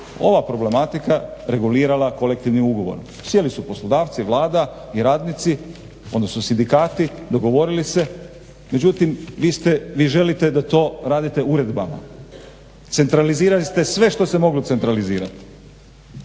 ova problematika regulirala kolektivnim ugovorom, sjeli su poslodavci, Vlada i radnici, odnosno sindikati, dogovorili se, međutim vi želite da to radite uredbama. Centralizirali ste sve što se moglo centralizirati.